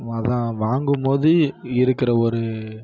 அதுதான் வாங்கும்போது இருக்கிற ஒரு